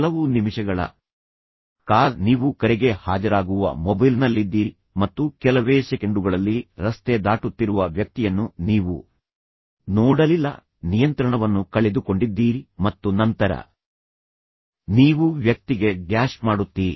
ಕೆಲವು ನಿಮಿಷಗಳ ಕಾಲ ನೀವು ಕರೆಗೆ ಹಾಜರಾಗುವ ಮೊಬೈಲ್ನಲ್ಲಿದ್ದೀರಿ ಮತ್ತು ಕೆಲವೇ ಸೆಕೆಂಡುಗಳಲ್ಲಿ ರಸ್ತೆ ದಾಟುತ್ತಿರುವ ವ್ಯಕ್ತಿಯನ್ನು ನೀವು ನೋಡಲಿಲ್ಲ ನಿಯಂತ್ರಣವನ್ನು ಕಳೆದುಕೊಂಡಿದ್ದೀರಿ ಮತ್ತು ನಂತರ ನೀವು ವ್ಯಕ್ತಿಗೆ ಡ್ಯಾಶ್ ಮಾಡುತ್ತೀರಿ